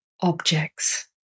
objects